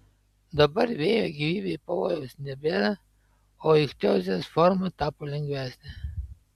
dabar vėjo gyvybei pavojaus nebėra o ichtiozės forma tapo lengvesnė